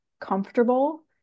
comfortable